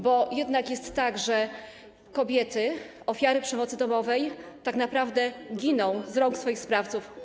Bo jednak jest tak, że kobiety, ofiary przemocy domowej tak naprawdę giną z rąk swoich sprawców.